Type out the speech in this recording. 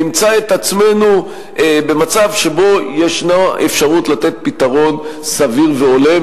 נמצא את עצמנו במצב שבו יש אפשרות לתת פתרון סביר והולם,